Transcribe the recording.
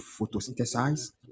photosynthesize